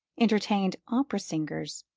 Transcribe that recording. entertained opera singers,